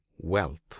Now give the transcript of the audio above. wealth